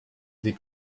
did